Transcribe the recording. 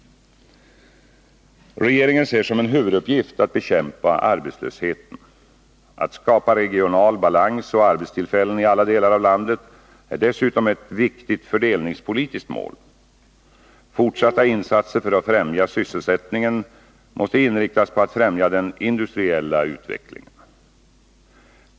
Regeringen ser som en huvuduppgift att bekämpa arbetslösheten. Att skapa regional balans och arbetstillfällen i alla delar av landet är dessutom ett viktigt fördelningspolitiskt mål. Fortsatta insatser för att främja sysselsättningen måste inriktas på att främja den industriella utvecklingen.